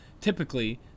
Typically